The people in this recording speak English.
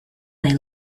they